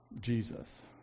Jesus